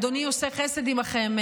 אדוני עושה חסד עימכם,